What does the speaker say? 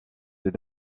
deux